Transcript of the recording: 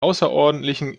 außerordentlichen